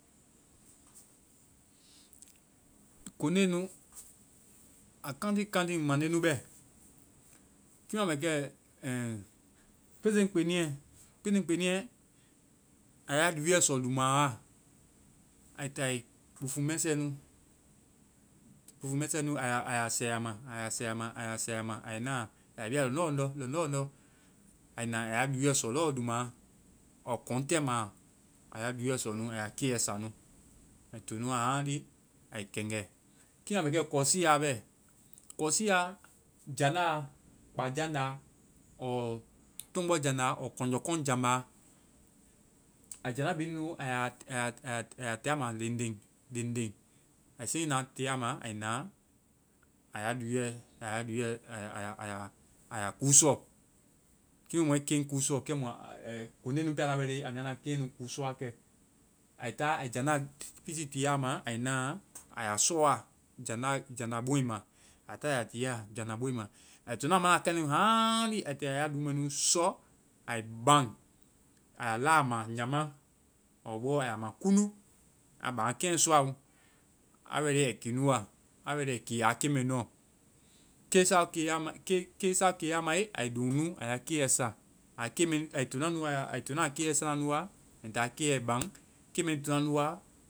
Konde nu, a kani-kani mande nu bɛ. Kiimu a bɛ kɛ. Ɛh, kpeseŋkpeniiɛ. Kpeseŋkpeniiɛ, ai a luɛ sɔ luma wa. Ai taa ai kpoofu mɛsɛnu-kpoofu mɛsɛnu. aiya-aiya sɛyama, aiya sɛyama, aiya sɛyama. Ai na. aiya bia lɔŋdɔ, lɔŋdɔ. Ai na, a luuɛ sɔ lɔɔ luma ɔɔ kɔŋg tɛmaa. Aya lúuɛ sɔ nu. Aya keiyɛ sa nu. Ai to nu wa haaŋli ai kɛŋgɛ. a bɛ kɛ. Kɔsia bɛ. Kɔsia, jandáa, kpa jandáa ɔɔ tɔŋgbɔ jandá, ɔɔ kɔnjɛkɔŋɛ jambá, a jandá bhii nunu mu aiya, aiya, aiya tia ma leŋ leŋ, ai seŋje na tia ma, ai na aya luuɛ, aya luuɛ aya, aya, aya kuu sɔ. Kiimu mɔi keŋ kuu sɔ kɛmu ai-konde nu pɛ, anda ready aua keŋnu kuusɔ wa kɛ. Ai ta, ai janda pisi tia ma ai naa, aiya sɔa jandáa-jandá boŋɛ ma. Ai ta aya tia janda boŋgɛ ma. Ai to na a mana kɛ nu haaŋli ai toa aiya luu mɛ nu sɔ ai baŋ. A ya la ma nyaama ɔɔ bɔ ay ma kuŋdu. A baŋ a keŋ sɔa o. ready ai kii nu wa. A ready ai kii a keŋ mɛ nu ɔ. Keisa ke a mae, ai loŋ nu aya keiyɛ sa. A kei mɛ nu-ai to na nu wa-ai to a keiyɛ sa na nu wa a ta a keiyɛ baŋ. Ke mɛ nui to na nu wa